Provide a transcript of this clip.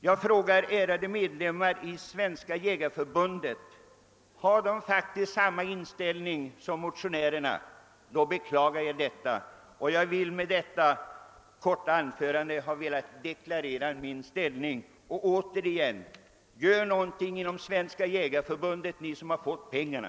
Jag frågar ärade medlemmar i Svenska jägareförbundet, om de har samma inställning som motionärerna. Då bekla gar jag detta. Jag har med detta anförande velat deklarera min inställning, och återigen säger jag: Gör någonting inom Svenska jägareförbundet, ni som har fått pengarna!